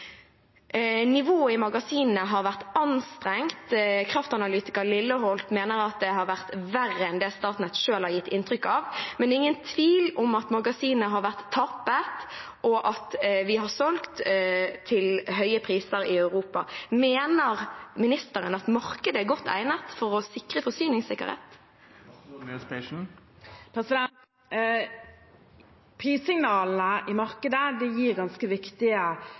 Nivået i magasinene har vært anstrengt. Kraftanalytiker Lilleholt mener at det har vært verre enn det Statnett selv har gitt inntrykk av, men det er ingen tvil om at magasinene har vært tappet, og at vi har solgt til høye priser i Europa. Mener ministeren at markedet er godt egnet for å sikre forsyningssikkerheten? Prissignalene i markedet